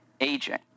Aging